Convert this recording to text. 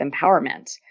empowerment